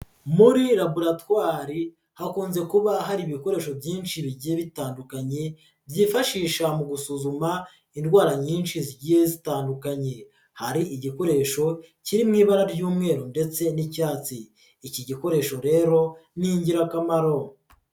Muri laburatwari hakunze kuba hari ibikoresho byinshi bigiye bitandukanye byifashisha mu gusuzuma indwara nyinshi zigiye zitandukanye, hari igikoresho kiri mu ibara ry'umweru ndetse n'icyatsi, iki gikoresho rero ni igirakamaro.